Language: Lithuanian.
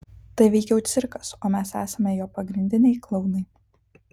tai veikiau cirkas o mes esame jo pagrindiniai klounai